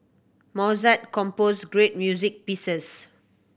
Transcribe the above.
Mozart composed great music pieces